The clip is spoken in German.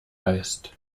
heißt